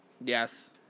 Yes